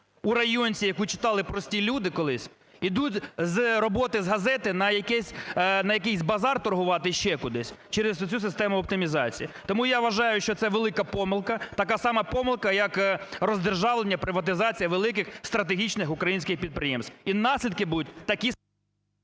у "районці", яку читали прості люди колись, йдуть з роботи з газети на якийсь базар торгувати і ще кудись через оцю систему оптимізації. Тому я вважаю, що це велика помилка, така сама помилка, як роздержавлення, приватизація великих стратегічних українських підприємств. І наслідки будуть такі…